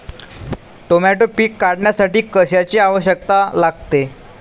Tomato पीक काढण्यासाठी कशाची आवश्यकता लागते?